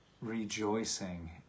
rejoicing